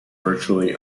virtually